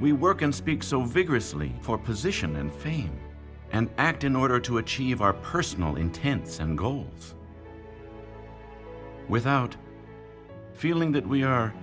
we work and speak so vigorously for position and fame and act in order to achieve our personal intents and goals without feeling that we are